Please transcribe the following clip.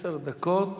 עשר דקות.